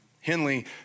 Henley